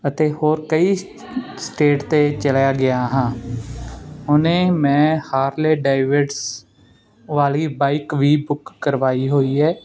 ਅਤੇ ਹੋਰ ਕਈ ਸਟੇਟ 'ਤੇ ਚਲਿਆ ਗਿਆ ਹਾਂ ਉਹਨੇ ਮੈਂ ਹਾਰਲੇ ਡਾਈਵਰਟਸ ਵਾਲੀ ਬਾਈਕ ਵੀ ਬੁੱਕ ਕਰਵਾਈ ਹੋਈ ਹੈ